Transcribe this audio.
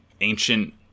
ancient